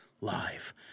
live